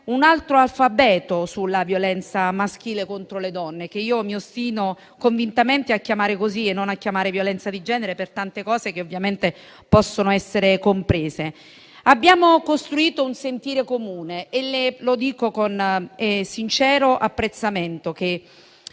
un altro alfabeto sulla violenza maschile contro le donne, che io mi ostino convintamente a chiamare così e a non chiamare violenza di genere per tante ragioni che ovviamente possono essere comprese. Abbiamo costruito un sentire comune - lo dico con sincero apprezzamento - che